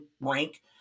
rank